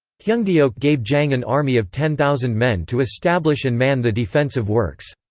heungdeok gave jang an army of ten thousand men to establish and man the defensive works.